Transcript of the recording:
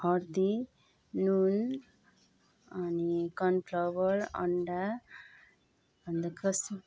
हर्दी नुन अनि कर्न फ्लावर अन्डा अन्त कस